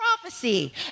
prophecy